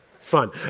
fun